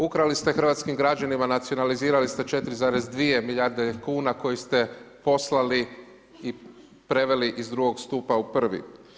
Ukrali ste hrvatskim građanima, nacionalizirali ste 4,2 milijarde kuna koje ste poslali i preveli iz drugog stupa u prvi.